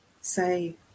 say